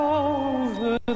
over